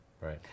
right